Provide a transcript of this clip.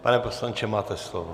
Pane poslanče, máte slovo.